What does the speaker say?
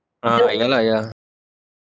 ah ya lah yeah